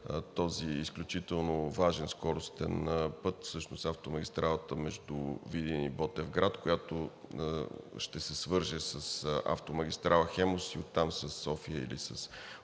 този изключително важен, скоростен път – автомагистралата между Видин и Ботевград, която ще се свърже с автомагистрала „Хемус“ и оттам със София или с